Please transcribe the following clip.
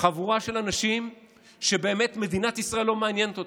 חבורה של אנשים שבאמת מדינת ישראל לא מעניינת אותה.